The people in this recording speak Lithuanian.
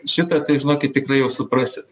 šitą tai žinokit tikrai jau suprasit